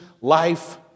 life